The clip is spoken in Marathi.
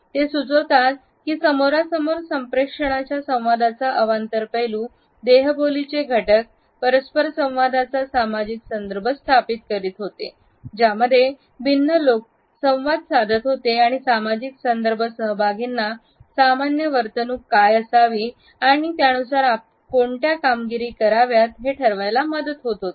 ते सुचवतात की समोरासमोर संप्रेषणाच्या संवादाच्या अवांतर पैलू देहबोलीचे घटक परस्परसंवादाचा सामाजिक संदर्भ स्थापित करीत होते ज्यामध्ये भिन्न लोक संवाद साधत होते आणि सामाजिक संदर्भ सहभागींना सामान्य वर्तणूक काय असावी आणि त्यानुसार कोणत्या कामगिरी करावी ते ठरवायला मदत होत होती